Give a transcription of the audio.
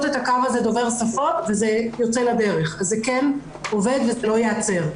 את הקו הזה דובר שפות וזה יוצא לדרך וזה כן עובד וזה לא ייעצר.